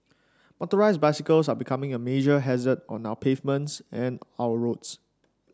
motorised bicycles are becoming a major hazard on our pavements and our roads